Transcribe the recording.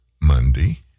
Monday